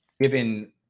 given